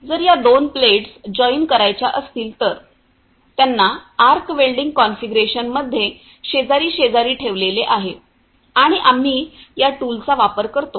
जर या दोन प्लेट्स जॉईन करायच्या असतील तर त्यांना आर्क वेल्डिंग कॉन्फिगरेशनमध्ये शेजारी शेजारी ठेवलेले आहे आणि आम्ही या टूलचा वापर करतो